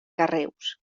carreus